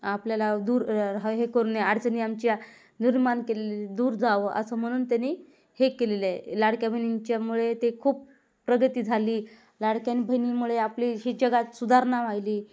आपल्याला दूर र हे करू नये अडचणी आमच्या निर्माण केलेले दूर जावं असं म्हणून त्यांनी हे केलेलं आहे लाडक्या बहिणींच्यामुळे ते खूप प्रगती झाली लाडक्या बहिणीमुळे आपली ही जगात सुधारणा वाहिली